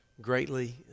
greatly